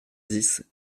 dix